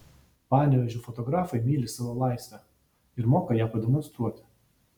panevėžio fotografai myli savo laisvę ir moka ją pademonstruoti